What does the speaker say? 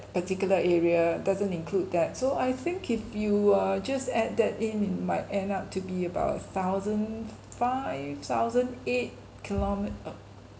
particular area doesn't include that so I think if you uh just add that in it might end up to be about a thousand five thousand eight kilome~ uh